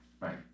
Right